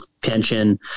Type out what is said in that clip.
pension